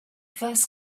first